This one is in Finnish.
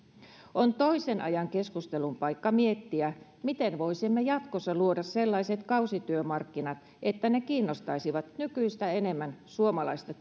on toisen ajan keskustelun paikka miettiä miten voisimme jatkossa luoda sellaiset kausityömarkkinat että ne kiinnostaisivat nykyistä enemmän suomalaista